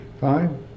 fine